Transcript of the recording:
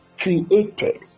created